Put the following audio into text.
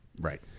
Right